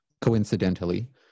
coincidentally